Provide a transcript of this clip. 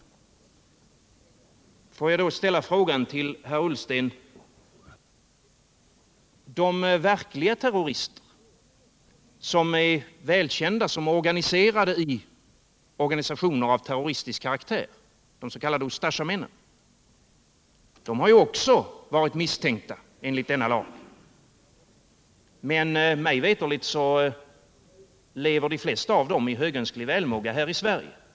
De verkliga terroristerna, som är välkända och organiserade i sammanslutningar av terroristisk karaktär, de s.k. Ustasjamännen, har också varit misstänkta enligt denna lag. Men mig veterligt lever de flesta av dem i högönsklig välmåga här i Sverige.